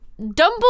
Dumbledore